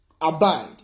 abide